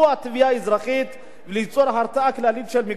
ליצור הרתעה כללית של מקרי הסתה חוזרים.